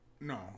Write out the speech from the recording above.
No